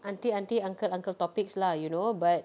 aunty aunty uncle uncle topics lah you know but